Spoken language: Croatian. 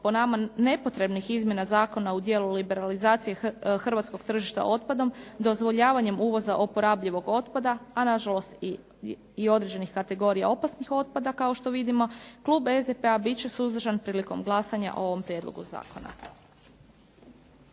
po nama nepotrebnih izmjena zakona u dijelu liberalizacije hrvatskog tržišta otpadom, dozvoljavanjem uvoza oporabljivog otpada, a nažalost i određenih kategorija opasnih otpada kao što vidimo, klub SDP-a bit će suzdržan prilikom glasanja o ovom prijedlogu zakona.